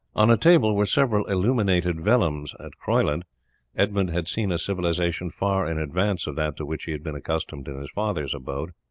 on a table were several illuminated vellums. at croyland edmund had seen a civilization far in advance of that to which he had been accustomed in his father's abode